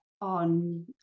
on